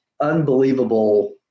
unbelievable